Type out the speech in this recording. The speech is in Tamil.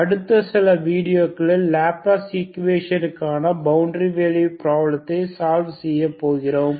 அடுத்து சில வீடியோகளில் லேப்லஸ் ஈக்குவெஷனுக்கான பவுண்டரி வேல்யூ ப்ராப்ளத்தை சால்வ் செய்யப்போகிறோம்